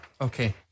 Okay